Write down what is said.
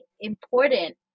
important